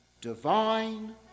divine